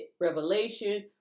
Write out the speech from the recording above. revelation